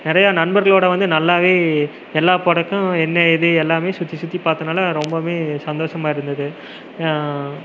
நிறையா நண்பர்களோடய வந்து நல்லாவே எல்லா படக்கும் என்ன ஏது எல்லாமே சுற்றி சுற்றி பார்த்தனால ரொம்பமே சந்தோசமாக இருந்தது